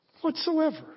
Whatsoever